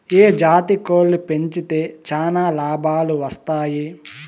ఏ జాతి కోళ్లు పెంచితే చానా లాభాలు వస్తాయి?